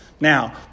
Now